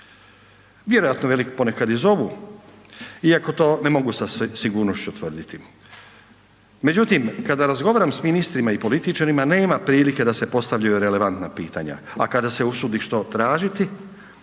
Vjerojatno veli ponekad i zovu iako to ne mogu sa sigurnošću tvrditi. Međutim, kada razgovaram s ministrima i političarima nema prilike da se postavljaju relevantna pitanja, a kada se usudiš ipak uraditi